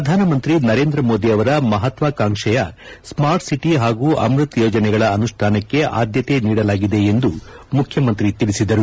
ಪ್ರಧಾನ ಮಂತ್ರಿ ನರೇಂದ್ರ ಮೋದಿ ಅವರ ಮಹತ್ವಾಕಾಂಕ್ಷೆಯ ಸ್ನಾರ್ಟ್ ಸಿಟಿ ಹಾಗೂ ಅಮ್ಬತ ಯೋಜನೆಗಳ ಅನುಷ್ಠಾನಕ್ಕೆ ಆದ್ದತೆ ನೀಡಲಾಗಿದೆ ಎಂದು ಮುಖ್ಯಮಂತ್ರಿ ತಿಳಿಸಿದರು